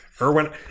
Erwin